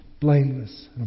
blameless